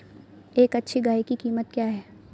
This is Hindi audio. एक अच्छी गाय की कीमत क्या है?